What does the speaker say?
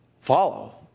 follow